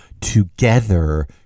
Together